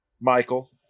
Michael